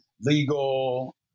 legal